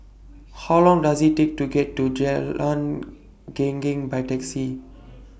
How Long Does IT Take to get to Jalan Geneng By Taxi